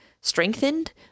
strengthened